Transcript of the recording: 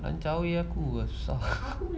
aku susah